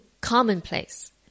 commonplace